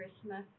Christmas